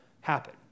happen